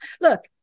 Look